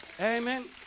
amen